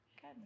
Good